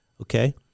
okay